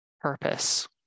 purpose